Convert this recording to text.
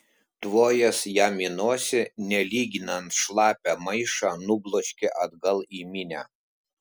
tvojęs jam į nosį nelyginant šlapią maišą nubloškė atgal į minią